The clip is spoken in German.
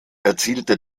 erzielte